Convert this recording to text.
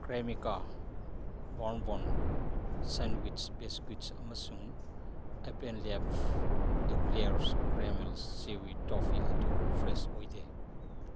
Cremica bonbon sandwich biscuit ꯑꯃꯁꯨꯡ ꯑꯦꯄꯦꯟꯂꯦꯞ eclairs caramel ꯁꯤꯋꯤ ꯇꯣꯐꯤ ꯑꯗꯨ ꯐ꯭ꯔꯦꯁ ꯑꯣꯏꯗꯦ